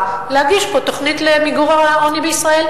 להגיש פה תוכנית למיגור העוני בישראל.